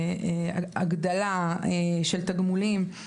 הגדלה של תגמולים,